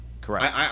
Correct